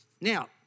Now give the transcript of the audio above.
Now